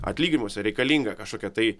atlyginimuose reikalinga kažkokia tai